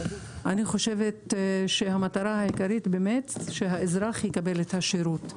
אני חושבת שהמטרה העיקרית היא שהאזרח יקבל את השירות.